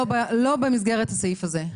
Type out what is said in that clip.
לא במסגרת הסעיף הזה.